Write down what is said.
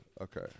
Okay